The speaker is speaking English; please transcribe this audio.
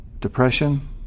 depression